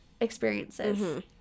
experiences